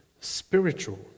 spiritual